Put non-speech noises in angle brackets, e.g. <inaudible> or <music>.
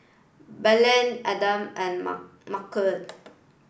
Blaine Adam and Mar <unintelligible>